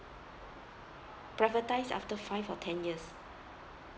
privatise after five or ten years